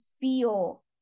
feel